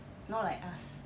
not like us